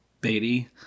Beatty